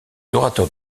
orateurs